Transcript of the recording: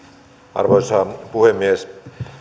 arvoisa puhemies